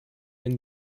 wenn